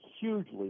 hugely